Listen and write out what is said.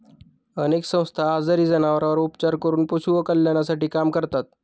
अनेक संस्था आजारी जनावरांवर उपचार करून पशु कल्याणासाठी काम करतात